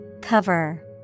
Cover